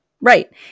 Right